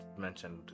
mentioned